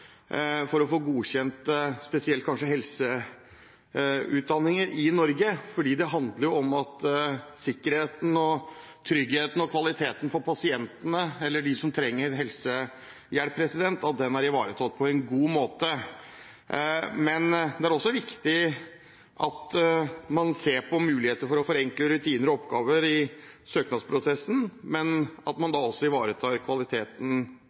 få godkjent kanskje spesielt helseutdanninger i Norge, for det handler om at sikkerheten, tryggheten og kvaliteten for pasientene og alle som trenger helsehjelp, er ivaretatt på en god måte. Det er likevel også viktig at man ser på muligheter for å forenkle rutiner og oppgaver i søknadsprosessen, men at man da også ivaretar kvaliteten